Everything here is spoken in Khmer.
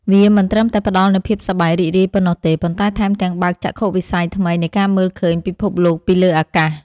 វាមិនត្រឹមតែផ្ដល់នូវភាពសប្បាយរីករាយប៉ុណ្ណោះទេ ប៉ុន្តែថែមទាំងបើកចក្ខុវិស័យថ្មីនៃការមើលឃើញពិភពលោកពីលើអាកាស។